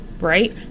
right